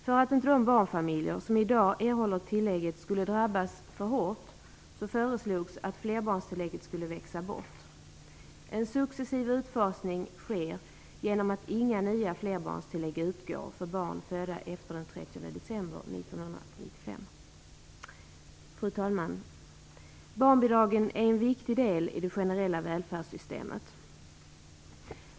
För att inte de barnfamiljer som i dag erhåller tillägget skulle drabbas för hårt, föreslogs att flerbarnstillägget skulle växa bort. En successiv utfasning sker genom att inga nya flerbarnstillägg utgår för barn födda efter den 30 december 1995. Fru talman! Barnbidraget är en viktig del i det generella välfärdssystemet.